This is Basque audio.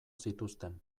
zituzten